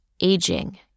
aging